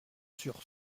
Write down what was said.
sur